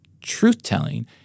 truth-telling